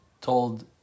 told